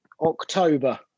october